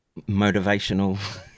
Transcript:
motivational